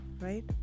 right